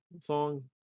song